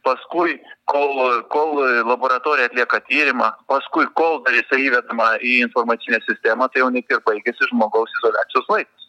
paskui kol kol laboratorija atlieka tyrimą paskui kol dar jisai įvedama į informacinę sistemą tai jau net ir baigiasi žmogaus izoliacijos laikas